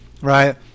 Right